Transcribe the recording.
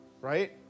Right